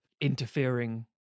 interfering